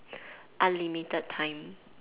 unlimited time